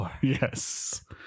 Yes